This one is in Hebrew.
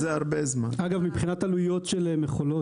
אגב, מבחינת עלויות של מכולות